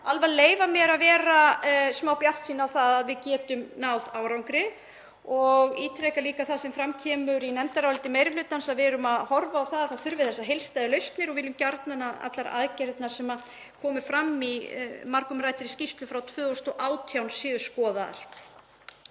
að leyfa mér að vera smá bjartsýn á að við getum náð árangri og ítreka líka það sem fram kemur í nefndaráliti meiri hlutans, að við erum að horfa á að það þurfi heildstæðar lausnir og við viljum gjarnan að allar aðgerðirnar sem komu fram í margumræddri skýrslu frá 2018 séu skoðaðar.